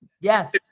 yes